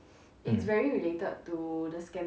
mm